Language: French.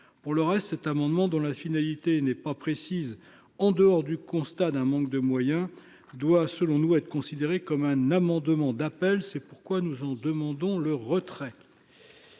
pour le reste, cet amendement dont la finalité n'est pas précise en dehors du constat d'un manque de moyens, doit, selon nous, être considéré comme un amendement d'appel, c'est pourquoi nous en demandons le retrait.